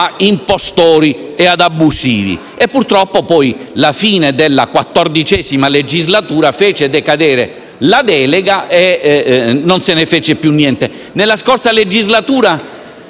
impostori e abusivi. Purtroppo poi la fine della XIV legislatura fece decadere la delega e non se ne fece più niente. Nella scorsa legislatura,